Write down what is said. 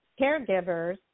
caregivers